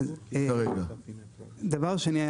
דבר שני,